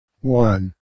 One